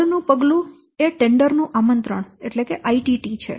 આગળનું પગલું એ ટેન્ડર નું આમંત્રણ છે